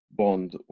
bond